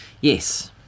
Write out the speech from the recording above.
yes